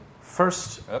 first